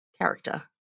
character